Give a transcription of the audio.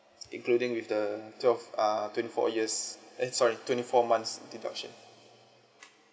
including with the twelve uh twenty four years eh sorry twenty four months deduction